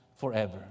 forever